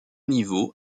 niveau